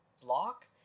block